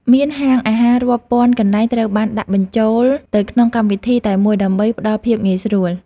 មានហាងអាហាររាប់ពាន់កន្លែងត្រូវបានដាក់បញ្ចូលទៅក្នុងកម្មវិធីតែមួយដើម្បីផ្ដល់ភាពងាយស្រួល។